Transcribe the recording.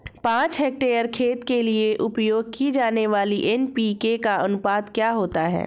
पाँच हेक्टेयर खेत के लिए उपयोग की जाने वाली एन.पी.के का अनुपात क्या होता है?